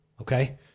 okay